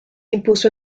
impuso